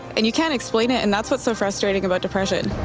and you can't explain it, and that's what's so frustrating about depression,